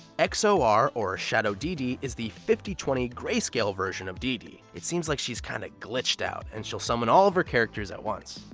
xor, so or shadow dee dee, is the fifty twenty grayscale version of dee dee. it seems like she's kinda glitched out and she'll summon all of her characters at once.